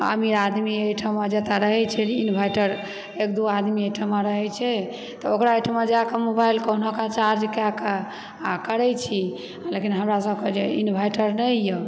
अमीर आदमी एहिठाम जतए रहैत छै इन्वर्टर एक दू आदमी एहिठाम रहैत छै तऽ ओकरा ओहिठाम जाकऽ मोबाइल कहुनाकऽ चार्ज कएकऽ आ करैत छी लेकिन हमरा सभकऽ जे इन्वर्टर नहिए